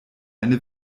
eine